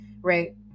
right